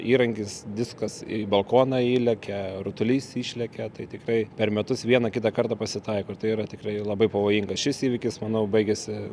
įrankis diskas į balkoną įlekia rutulys išlekia tai tikrai per metus vieną kitą kartą pasitaiko ir tai yra tikrai labai pavojingas šis įvykis manau baigėsi